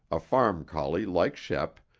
a farm collie like shep,